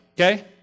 Okay